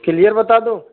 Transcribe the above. clear بتا دوں